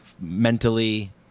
Mentally